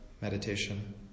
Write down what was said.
meditation